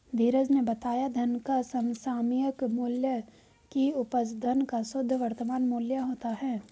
धीरज ने बताया धन का समसामयिक मूल्य की उपज धन का शुद्ध वर्तमान मूल्य होता है